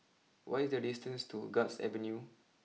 what is the distance to Guards Avenue